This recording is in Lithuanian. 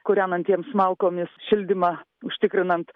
kūrenantiems malkomis šildymą užtikrinant